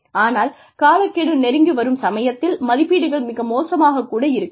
ஆனால் காலக்கெடு நெருங்கி வரும் சமயத்தில் மதிப்பீடுகள் மிக மோசமாகக் கூட இருக்கலாம்